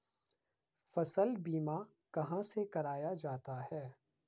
फसल बीमा कहाँ से कराया जाता है?